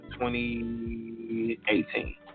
2018